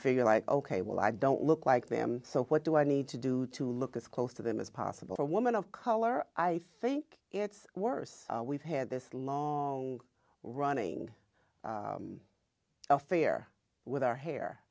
feel like ok well i don't look like them so what do i need to do to look as close to them as possible for a woman of color i think it's worse we've had this long running affair with our hair